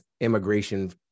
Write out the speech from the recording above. immigration